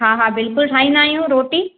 हा हा बिल्कुलु ठाहींदा आहियूं रोटी